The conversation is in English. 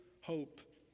hope